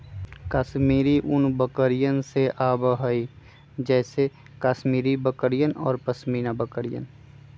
कश्मीरी ऊन बकरियन से आवा हई जैसे कश्मीरी बकरियन और पश्मीना बकरियन